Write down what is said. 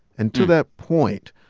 and to that point,